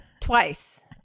Twice